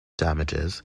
damages